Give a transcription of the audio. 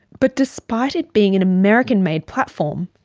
but despite it being an american-made platform,